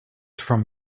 from